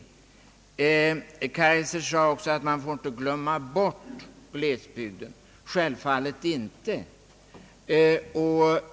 Herr Kaijser sade också att man inte får glömma bort glesbygden. Självfallet inte!